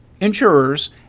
insurers